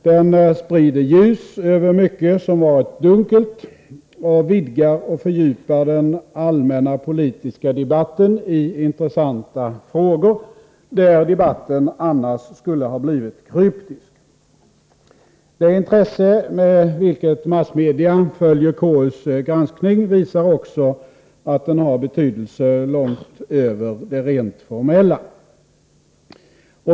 Den sprider ljus över mycket som varit dunkelt och vidgar och fördjupar den allmänna politiska debatten i intressanta frågor där debatten annars skulle ha blivit kryptisk. Det intresse med vilket massmedia följer KU:s granskning visar också att den har betydelse långt över det rent formella.